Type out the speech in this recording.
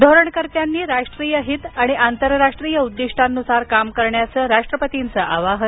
धोरणकर्त्यांनी राष्ट्रीय हित आणि आंतरराष्ट्रीय उद्दिष्टांनुसार काम करण्याचं राष्ट्रपतींचं आवाहन